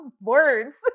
words